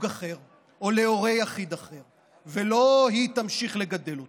אחר או להורה יחיד אחר ולא היא תמשיך לגדל אותו.